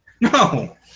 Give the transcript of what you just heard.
No